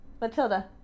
Matilda